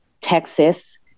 Texas